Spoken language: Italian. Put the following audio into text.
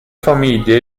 famiglie